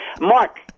Mark